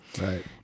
Right